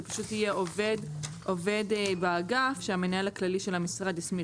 זה פשוט יהיה עובד באגף שהמנהל הכללי של המשרד הסמיך,